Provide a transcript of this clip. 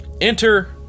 Enter